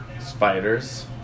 Spiders